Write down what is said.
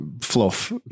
fluff